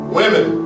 women